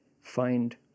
find